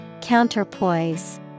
Counterpoise